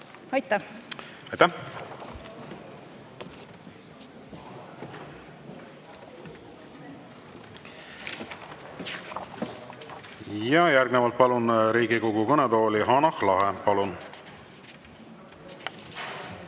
Aitäh! Järgnevalt palun Riigikogu kõnetooli Hanah Lahe. Palun!